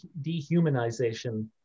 dehumanization